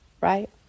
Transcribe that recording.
right